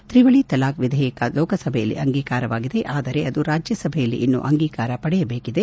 ತ್ರಿವಳಿ ತಲಾಖ್ ವಿಧೇಯಕ ಲೋಕಸಭೆಯಲ್ಲಿ ಅಂಗೀಕಾರವಾಗಿದೆ ಆದರೆ ಅದು ರಾಜ್ಲಸಭೆಯಲ್ಲಿ ಅದು ಇನ್ನೂ ಅಂಗೀಕಾರ ಪಡೆಯಬೇಕಿದೆ